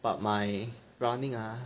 but my running ah